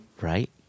right